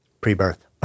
pre-birth